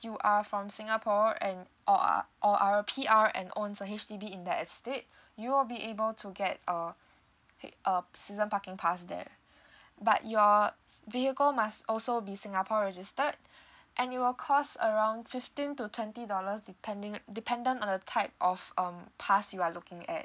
you are from singapore and or are or are a P_R and owns a H_D_B in that estate you will be able to get a a season parking pass there but your uh vehicle must also be singapore registered and it will cost around fifteen to twenty dollars depending dependent on the type of um pass you are looking at